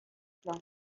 simple